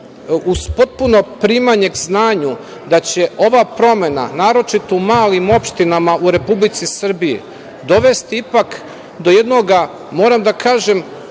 uz potpuno primanje k znanju da će ova promena, naročito u malim opštinama u Republici Srbiji dovesti ipak jednoga, moram da kažem,